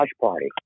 party